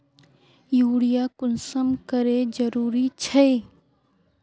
Urea कुंसम करे जरूरी छै?